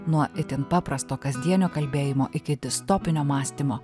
nuo itin paprasto kasdienio kalbėjimo iki distopinio mąstymo